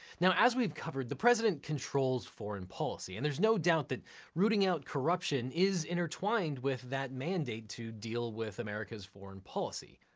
now as we've covered, the president controls foreign policy and there's no doubt that rooting out corruption is intertwined with that mandate to deal with america's foreign policy.